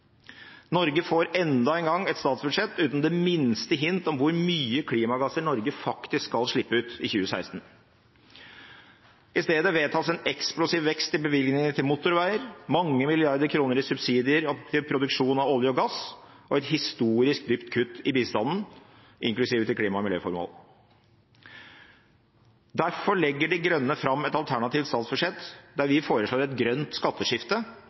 Norge får enda en gang et statsbudsjett uten det minste hint om hvor mye klimagasser Norge faktisk skal slippe ut i 2016. I stedet vedtas en eksplosiv vekst i bevilgningene til motorveier, mange milliarder kroner i subsidier til produksjon av olje og gass og et historisk dypt kutt i bistanden, inklusiv klima- og miljøformål. Derfor legger De Grønne fram et alternativt statsbudsjett der vi foreslår et grønt skatteskifte